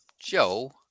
Joe